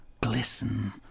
Glisten